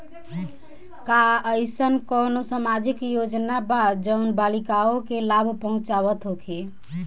का एइसन कौनो सामाजिक योजना बा जउन बालिकाओं के लाभ पहुँचावत होखे?